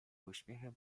uśmiechem